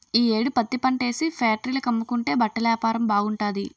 ఈ యేడు పత్తిపంటేసి ఫేట్రీల కమ్ముకుంటే బట్టలేపారం బాగుంటాది